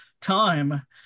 time